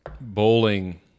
bowling